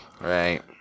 Right